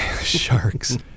Sharks